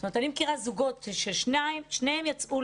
אני מכירה זוגות ששניהם יצאו